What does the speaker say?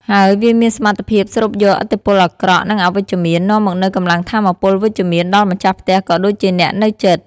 ហើយវាមានសមត្ថភាពស្រូបយកឥទ្ធិពលអាក្រក់ និងអវិជ្ជមាន នាំមកនូវកម្លាំងថាមពលវិជ្ជមានដល់ម្ចាស់ផ្ទះក៏ដូចជាអ្នកនៅជិត។